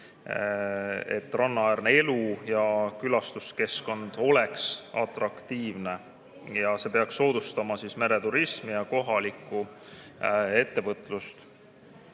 et rannaäärse elu ja külastuskeskkond oleks atraktiivne, see peaks soodustama mereturismi ja kohalikku ettevõtlust.